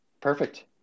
Perfect